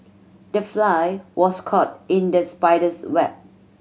the fly was caught in the spider's web